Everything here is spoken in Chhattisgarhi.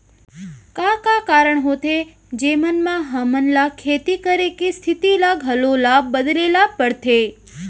का का कारण होथे जेमन मा हमन ला खेती करे के स्तिथि ला घलो ला बदले ला पड़थे?